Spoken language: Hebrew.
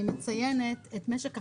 אני מציינת את משק החלב,